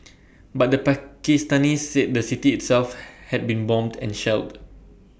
but the Pakistanis said the city itself had been bombed and shelled